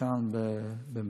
כאן במחלקה.